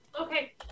Okay